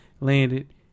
landed